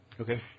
Okay